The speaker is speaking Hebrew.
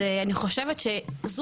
לדעתי,